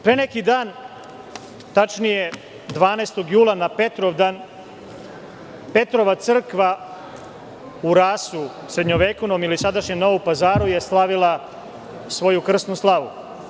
Pre neki dan, tačnije 12. jula, na Petrovdan, Petrova crkva u srednjovekovnom Rasu ili sadašnjem Novom Pazaru je slavila svoju krsnu slavu.